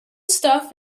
stuff